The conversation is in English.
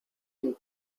and